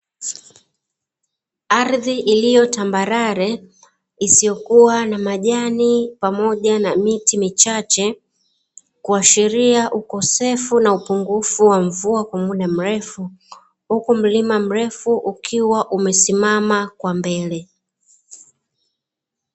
Ardhi iliyo tambarare isiyokua na majani pamoja na miti michache, kuashiria ukosefu na upungufu wa mvua kwa muda mrefu, huku mlima mrefu ukiwa umesimama kwa mbele.